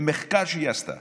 במחקר שהיא עשתה